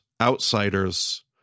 outsiders